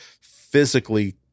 physically